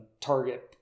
target